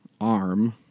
arm